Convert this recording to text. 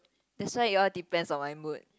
that's why it all depends on my mood